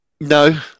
No